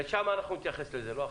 שם אנחנו נתייחס לזה, לא עכשיו.